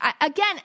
Again